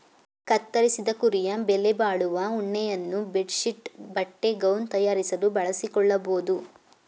ಕತ್ತರಿಸಿದ ಕುರಿಯ ಬೆಲೆಬಾಳುವ ಉಣ್ಣೆಯನ್ನು ಬೆಡ್ ಶೀಟ್ ಬಟ್ಟೆ ಗೌನ್ ತಯಾರಿಸಲು ಬಳಸಿಕೊಳ್ಳಬೋದು